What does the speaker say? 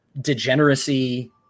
degeneracy